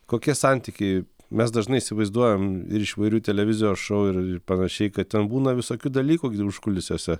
kokie santykiai mes dažnai įsivaizduojam ir iš įvairių televizijos šou ir panašiai kad ten būna visokių dalykų užkulisiuose